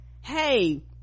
hey